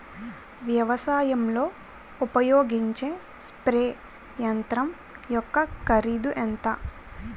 వ్యవసాయం లో ఉపయోగించే స్ప్రే యంత్రం యెక్క కరిదు ఎంత?